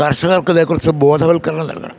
കർഷകർക്കിതേക്കുറിച്ച് ബോധവൽക്കരണം നൽകണം